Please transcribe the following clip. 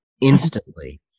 instantly